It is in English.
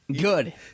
good